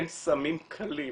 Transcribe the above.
אין סמים קלים.